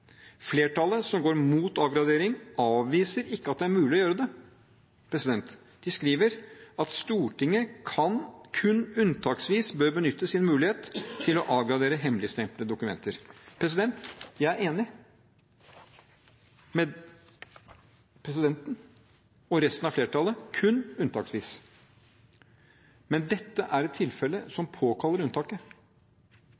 Flertallet, som går mot avgradering, avviser ikke at det er mulig å gjøre det. De skriver at «Stortinget kun unntaksvis bør benytte sin mulighet til å avgradere hemmeligstemplede dokumenter». Jeg er enig med presidenten og resten av flertallet: kun unntaksvis. Men dette er et tilfelle som